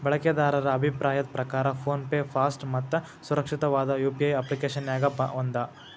ಬಳಕೆದಾರರ ಅಭಿಪ್ರಾಯದ್ ಪ್ರಕಾರ ಫೋನ್ ಪೆ ಫಾಸ್ಟ್ ಮತ್ತ ಸುರಕ್ಷಿತವಾದ ಯು.ಪಿ.ಐ ಅಪ್ಪ್ಲಿಕೆಶನ್ಯಾಗ ಒಂದ